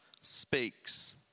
speaks